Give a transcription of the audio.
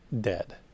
dead